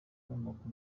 inkomoko